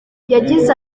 yagize